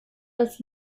als